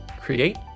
create